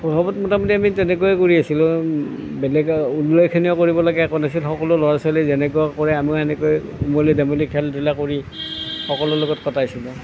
শৈশৱত মোটামুটি আমি তেনেকৈয়ে কৰি আছিলোঁ বেলেগ উল্লেখনীয় কৰিব লগা একো নাছিল সকলো ল'ৰা ছোৱালীয়ে যেনেকুৱা কৰে আমিও সেনেকৈয়ে ওমলি জামলি খেলা ধূলা কৰি সকলোৰে লগত কটাইছিলোঁ